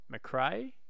McRae